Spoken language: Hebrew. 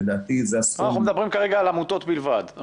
אנחנו מדברים כרגע על העמותות בלבד.